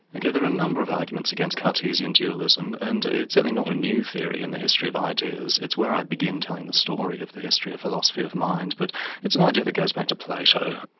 ok, there are a number of arguments against cartesian dualism, and it's certainly not a new theory in the history of ideas. it's where i begin telling the story of the history of philosophy of mind, but it's an idea that goes back to plato,